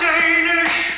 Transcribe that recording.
Danish